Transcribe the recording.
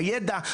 בידע,